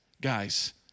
guys